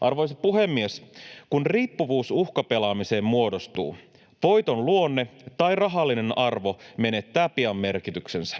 Arvoisa puhemies! Kun riippuvuus uhkapelaamiseen muodostuu, voiton luonne tai rahallinen arvo menettää pian merkityksensä.